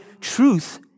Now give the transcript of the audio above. truth